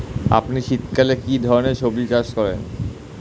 আপনি শীতকালে কী ধরনের সবজী চাষ করেন?